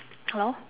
hello